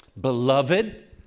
beloved